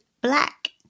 black